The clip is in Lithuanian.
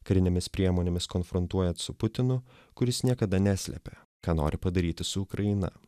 karinėmis priemonėmis konfrontuojant su putinu kuris niekada neslėpė ką nori padaryti su ukraina